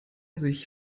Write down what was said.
sich